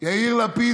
יאיר לפיד,